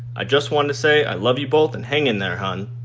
i just want to say, i love you both, and hang in there, hon.